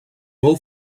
nou